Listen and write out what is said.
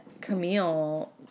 Camille